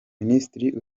ministre